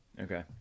Okay